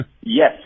Yes